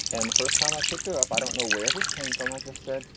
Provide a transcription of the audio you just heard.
and the first time i picked her up, i don't know where this came from. i just said,